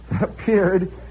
appeared